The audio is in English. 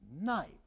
night